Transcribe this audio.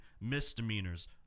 misdemeanors